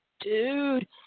dude